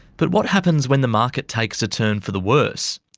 but what happens when the market takes a turn for the worse?